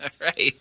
right